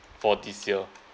for this year